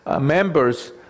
members